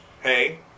Hey